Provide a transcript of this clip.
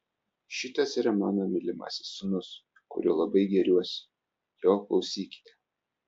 šitas yra mano mylimasis sūnus kuriuo labai gėriuosi jo klausykite